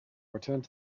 returned